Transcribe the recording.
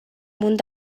munt